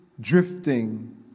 drifting